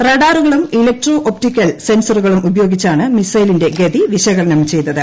റഡാറുകളും electro optical സെൻസറുകളും ഉപയോഗിച്ചാണ് മിസൈലിന്റെ ഗതി വിശകലനം ചെയ്തത്